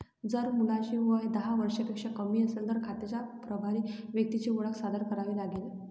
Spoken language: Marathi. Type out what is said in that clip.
जर मुलाचे वय दहा वर्षांपेक्षा कमी असेल, तर खात्याच्या प्रभारी व्यक्तीची ओळख सादर करावी लागेल